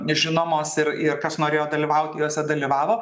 nežinomos ir ir kas norėjo dalyvaut jose dalyvavo